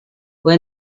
fue